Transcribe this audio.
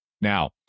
Now